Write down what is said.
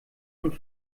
und